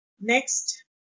Next